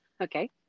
okay